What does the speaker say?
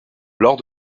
lors